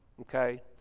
okay